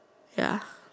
ya